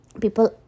People